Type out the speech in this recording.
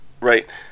right